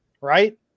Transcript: right